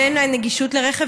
שאין להם גישה לרכב.